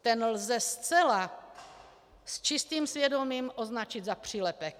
Ten lze zcela s čistým svědomím označit za přílepek.